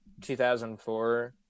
2004